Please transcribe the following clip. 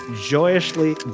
joyously